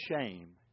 shame